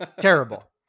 terrible